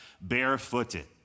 barefooted